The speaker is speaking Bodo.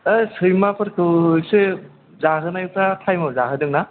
ओइ सैमाफोरखौ एसे जाहोनायफ्रा थाइमाव जाहोदों ना